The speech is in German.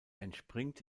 entspringt